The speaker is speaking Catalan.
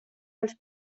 dels